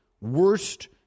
worst